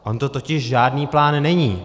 On to totiž žádný plán není.